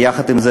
יחד עם זה,